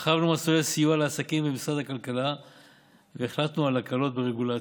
הרחבנו מסלולי סיוע לעסקים במשרד הכלכלה והחלטנו על הקלות ברגולציה.